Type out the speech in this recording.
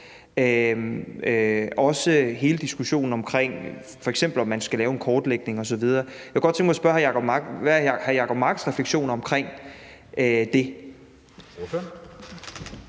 også hele diskussionen om, om man f.eks. skal lave en kortlægning osv. Jeg kunne godt tænke mig at spørge hr. Jacob Mark, hvad hr. Jacob Marks refleksioner omkring det